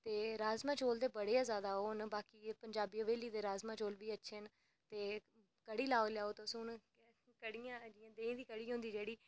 ते राजमांह् चौल ते बड़े जैदा ओह् न ते बाकी पंजाबी हवेली दे राजमांह् चौल बी अच्छे न ते कढ़ी लाई लैओ तुस देहीं दी कढ़ी होंदी जेह्ड़ी